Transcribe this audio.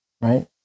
Right